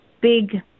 big